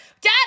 Dad